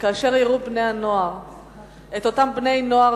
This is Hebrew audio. כאשר יראו בני-הנוער את אותם בני-נוער